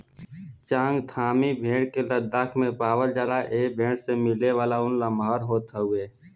चांगथांगी भेड़ के लद्दाख में पावला जाला ए भेड़ से मिलेवाला ऊन लमहर होत हउवे